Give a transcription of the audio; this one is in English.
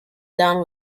down